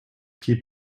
keep